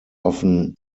often